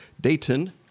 Dayton